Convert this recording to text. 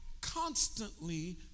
constantly